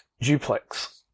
Duplex